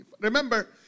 Remember